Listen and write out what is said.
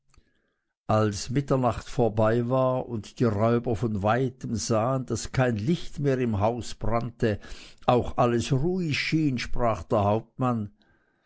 als mitternacht vorbei war und die räuber von weitem sahen daß kein licht mehr im haus brannte auch alles ruhig schien sprach der hauptmann